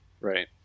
Right